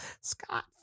Scott